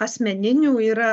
asmeninių yra